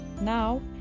Now